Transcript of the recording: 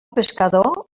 pescador